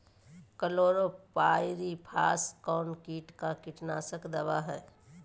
Chlorpyrifos कौन किट का कीटनाशक दवा है?